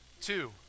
Two